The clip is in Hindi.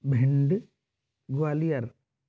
भिण्ड ग्वालियर